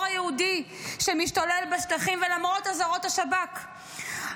היהודי שמשתולל בשטחים למרות אזהרות השב"כ,